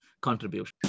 contribution